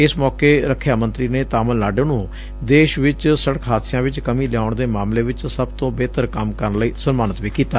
ਇਸ ਮੌਕੇ ਰਖਿਆ ਮੰਤਰੀ ਨੇ ਤਾਮਿਲਨਾਡੂ ਨੂੰ ਦੇਸ਼ ਵਿਚ ਸੜਕ ਹਾਦਸਿਆਂ ਚ ਕਮੀ ਲਿਆਉਣ ਦੇ ਮਾਮਲੇ ਵਿਚ ਸਭ ਤੋਂ ਬੇਹਤਰ ਕੰਮ ਲਈ ਸਨਮਾਨਿਤ ਵੀ ਕੀਤਾ